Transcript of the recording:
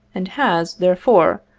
and has, therefore,